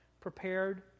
prepared